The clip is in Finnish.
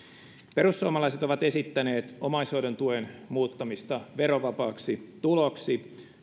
perussuomalaiset ovat esittäneet omaishoidon tuen muuttamista verovapaaksi tuloksi